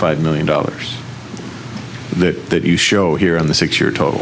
five million dollars the show here on the six year total